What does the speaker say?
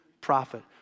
prophet